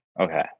okay